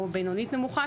או בינונית נמוכה.